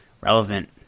relevant